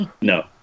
No